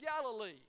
Galilee